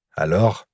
Alors